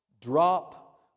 drop